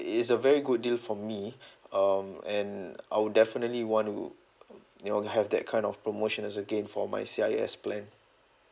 it is a very good deal for me um and I would definitely want you know have that kind of promotions again for my C_I_S plan